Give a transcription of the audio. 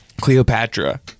Cleopatra